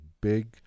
big